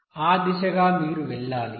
ఆ దిశగా మీరు వెళ్లాలి